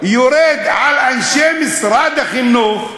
יורד על אנשי משרד החינוך: